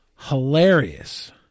hilarious